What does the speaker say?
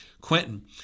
Quentin